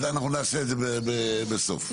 נעשה את זה בסוף.